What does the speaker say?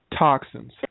Toxins